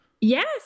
Yes